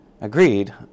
agreed